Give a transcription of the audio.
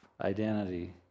identity